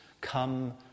come